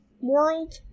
world